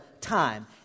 time